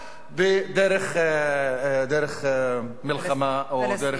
דרך מלחמה או דרך, ולסיום?